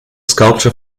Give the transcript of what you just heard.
sculpture